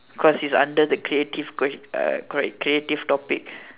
cause he is under the creative question uh correct creative topic